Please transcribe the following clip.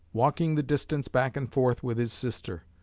walking the distance back and forth with his sister.